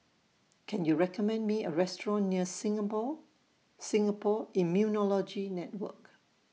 Can YOU recommend Me A Restaurant near Singapore Singapore Immunology Network